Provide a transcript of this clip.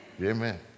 Amen